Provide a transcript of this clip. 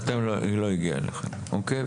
אוקיי.